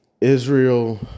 Israel